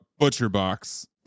ButcherBox